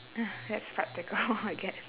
that's practical I guess